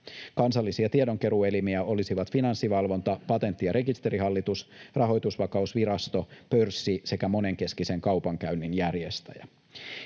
Kansallisia tiedonkeruuelimiä olisivat Finanssivalvonta, Patentti- ja rekisterihallitus, Rahoitusvakausvirasto, pörssi sekä monenkeskisen kaupankäynnin järjestäjä.